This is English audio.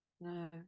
No